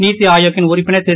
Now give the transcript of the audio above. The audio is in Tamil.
நிதிஆயோக்கின் உறுப்பினர் திரு